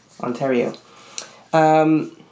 Ontario